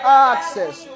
access